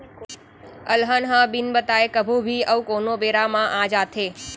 अलहन ह बिन बताए कभू भी अउ कोनों बेरा म आ जाथे